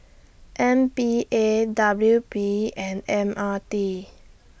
M P A W P and M R T